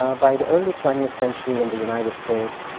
by the early twentieth century in the united states,